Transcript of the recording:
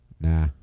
Nah